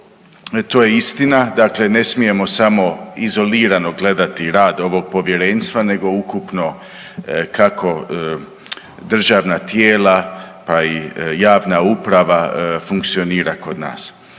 to je istina. Dakle, ne smijemo samo izolirano gledati rad ovog Povjerenstva nego ukupno kako državna tijela, pa i javna uprava funkcionira kod nas.